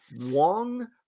Wong